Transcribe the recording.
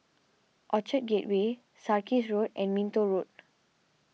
Orchard Gateway Sarkies Road and Minto Road